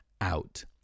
out